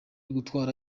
gutwara